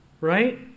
Right